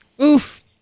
Oof